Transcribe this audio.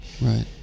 Right